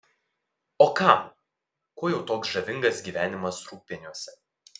o kam kuo jau toks žavingas gyvenimas rūgpieniuose